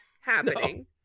happening